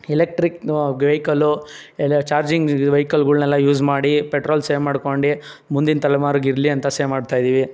ಎಲೆಕ್ತ್ರಿಕ್ದು ಗ್ವೇಕಲ್ಲು ಎಲೆ ಚಾರ್ಜಿಂಗ್ ವೆಇಕಲ್ಗಳ್ನೆಲ್ಲ ಯೂಸ್ ಮಾಡಿ ಪೆಟ್ರೋಲ್ ಸೇವ್ ಮಾಡ್ಕೊಂಡು ಮುಂದಿನ ತಲೆಮಾರಿಗೆ ಇರಲಿ ಅಂತ ಸೇವ್ ಮಾಡ್ತಾ ಇದ್ದೀವಿ